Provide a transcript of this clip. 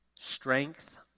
Strength